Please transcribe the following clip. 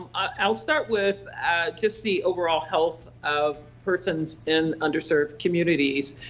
i'll start with just the overall health of persons in underserved communities.